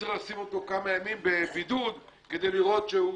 וצריך לשים אותו כמה ימים בבידוד כדי לראות שהוא...